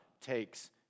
takes